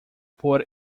por